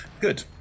Good